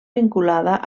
vinculada